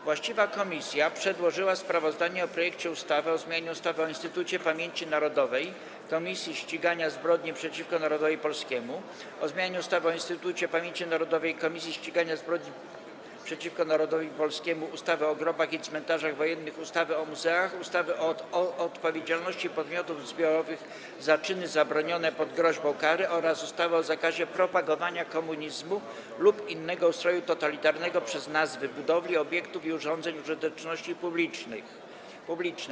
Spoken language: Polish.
Właściwa komisja przedłożyła sprawozdanie: - o poselskim projekcie ustawy o zmianie ustawy o Instytucie Pamięci Narodowej - Komisji Ścigania Zbrodni przeciwko Narodowi Polskiemu, - o rządowym projekcie ustawy o zmianie ustawy o Instytucie Pamięci Narodowej - Komisji Ścigania Zbrodni przeciwko Narodowi Polskiemu, ustawy o grobach i cmentarzach wojennych, ustawy o muzeach, ustawy o odpowiedzialności podmiotów zbiorowych za czyny zabronione pod groźbą kary oraz ustawy o zakazie propagowania komunizmu lub innego ustroju totalitarnego przez nazwy budowli, obiektów i urządzeń użyteczności publicznej.